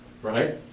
right